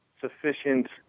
sufficient